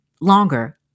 longer